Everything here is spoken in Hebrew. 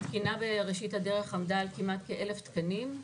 התקינה בראשית הדרך עמדה על כמעט כ-1,000 תקנים.